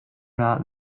not